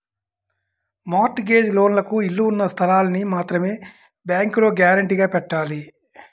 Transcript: mart gauge లోన్లకు ఇళ్ళు ఉన్న స్థలాల్ని మాత్రమే బ్యేంకులో గ్యారంటీగా పెట్టాలి